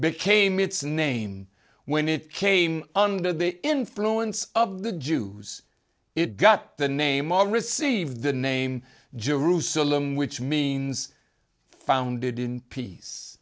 became its name when it came under the influence of the jews it got the name of receive the name jerusalem which means founded in peace